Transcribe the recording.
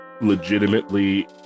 legitimately